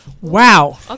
Wow